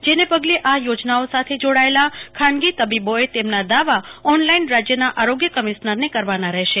જેને પગલે આ યોજનાઓ સાથે જોડાયલા ખાનગી તબીબોએ તેમના દાવા ઓનલાઈન રાજયના આરોગ્ય કમિશ્નરને કરવાના રહેશ